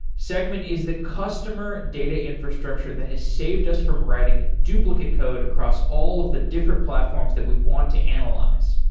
segment is the customer data infrastructure that has saved us from writing duplicate code across all of the different platforms that we want to analyze.